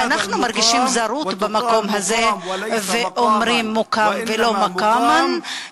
ואנחנו מרגישים זרות במקום הזה ואומרים "מוקם" ולא "מקמן",